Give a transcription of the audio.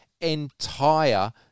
entire